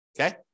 Okay